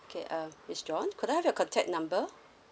okay uh miss john could I have your contact number